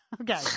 okay